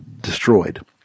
destroyed